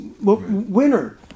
winner